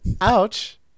Ouch